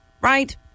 Right